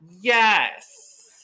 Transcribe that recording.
Yes